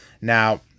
Now